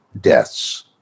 deaths